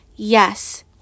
Yes